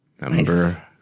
Number